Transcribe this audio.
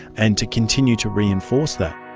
and to continue to reinforce that.